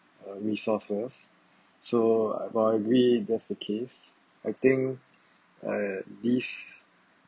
uh resources so but I agree that's the case I think at this